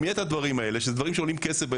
אם יהיו הדברים האלה שהם עולים כסף,